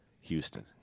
Houston